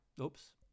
oops